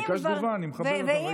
ביקשת תגובה, אני מכבד אותך.